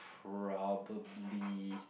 probably